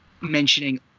mentioning